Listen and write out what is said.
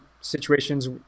situations